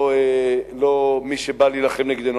לא מי שבא להילחם נגדנו.